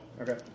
Okay